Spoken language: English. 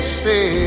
say